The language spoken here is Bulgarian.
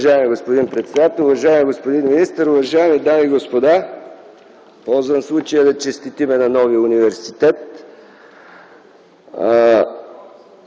уважаеми господин председател. Уважаеми господин министър, уважаеми дами и господа! Използвам случая да честитя на новия университет.